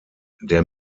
der